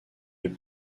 les